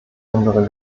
unserer